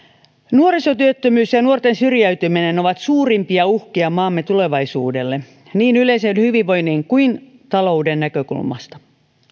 nuorisotyöttömyys ja ja nuorten syrjäytyminen ovat suurimpia uhkia maamme tulevaisuudelle niin yleisen hyvinvoinnin kuin talouden näkökulmasta